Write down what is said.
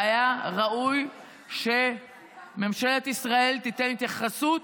והיה ראוי שממשלת ישראל תיתן התייחסות,